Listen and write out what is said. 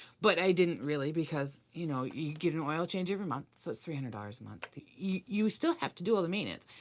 but i didn't really, because, you know, you get an oil change every month, so that's three hundred dollars a month. you you still have to do all the maintenance.